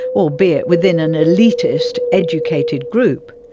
albeit within an elitist, educated group.